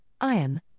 iron